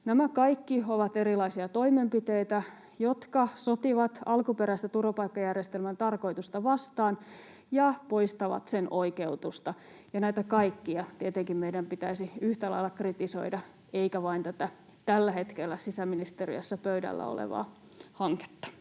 Nämä kaikki ovat erilaisia toimenpiteitä, jotka sotivat alkuperäistä turvapaikkajärjestelmän tarkoitusta vastaan ja poistavat sen oikeutusta, ja näitä kaikkia tietenkin meidän pitäisi yhtä lailla kritisoida, eikä vain tätä tällä hetkellä sisäministeriössä pöydällä olevaa hanketta.